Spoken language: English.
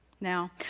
Now